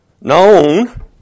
known